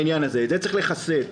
את זה צריך לחסל.